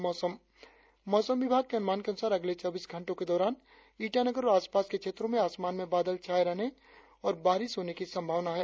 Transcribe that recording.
और अब मोसम मौसम विभाग के अनुमान के अनुसार अगले चौबीस घंटो के दौरान ईटानगर और आसपास के क्षेत्रो में आसमान में बादल छाये रहने और बारिश होने की संभावना है